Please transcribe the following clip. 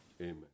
Amen